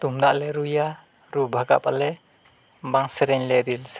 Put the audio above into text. ᱛᱩᱢᱫᱟᱜ ᱞᱮ ᱨᱩᱭᱟ ᱨᱩ ᱵᱷᱟᱜᱟᱜ ᱟᱞᱮ ᱵᱟᱝ ᱥᱮᱨᱮᱧ ᱞᱮ ᱨᱤᱭᱟᱹᱞ ᱥᱮᱞᱟ